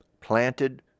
planted